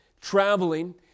traveling